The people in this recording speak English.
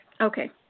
Okay